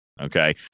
Okay